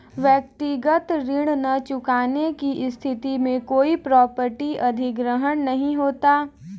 व्यक्तिगत ऋण न चुकाने की स्थिति में कोई प्रॉपर्टी अधिग्रहण नहीं होता